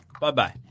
Bye-bye